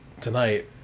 tonight